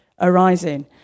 arising